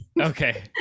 okay